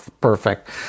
perfect